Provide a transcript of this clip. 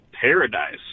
paradise